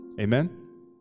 Amen